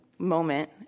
moment